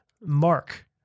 mark